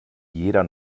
jeder